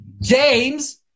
James